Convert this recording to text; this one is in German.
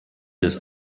des